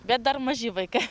bet dar maži vaikai